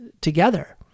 together